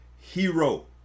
hero